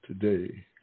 today